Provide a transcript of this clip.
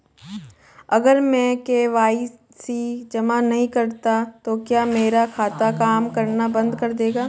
अगर मैं के.वाई.सी जमा नहीं करता तो क्या मेरा खाता काम करना बंद कर देगा?